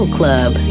club